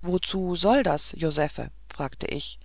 wozu soll das josephe fragte ich